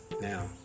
Now